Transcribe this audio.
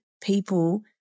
people